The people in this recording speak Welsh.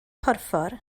porffor